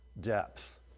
depth